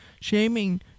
Shaming